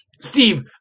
Steve